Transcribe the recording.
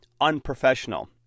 unprofessional